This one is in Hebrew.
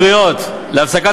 גם את הקריאות להפסקת,